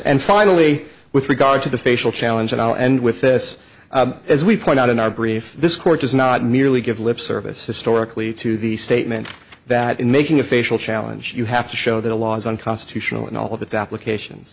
and finally with regard to the facial challenge and i'll end with this as we point out in our brief this court does not merely give lip service historically to the statement that in making a facial challenge you have to show that a law is unconstitutional in all of its applications